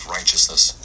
Righteousness